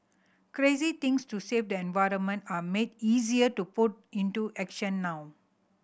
crazy things to save the environment are made easier to put into action now